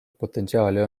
potentsiaali